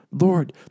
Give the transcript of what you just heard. Lord